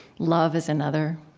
love is another.